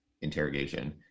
interrogation